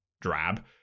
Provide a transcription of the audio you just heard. drab